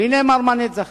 והנה "מרמנת" זכתה.